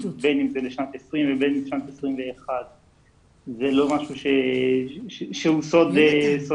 בין אם הוא לשנת 2020 ובין אם הוא לשנת 2021. זה לא סוד מדינה.